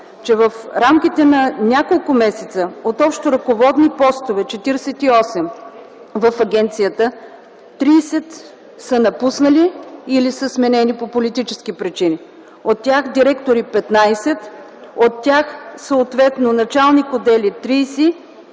че в рамките на няколко месеца от общо 48 ръководни поста в агенцията, 30 са напуснали или са сменени по политически причини, от тях директори – 15, от тях съответно началник-отдели –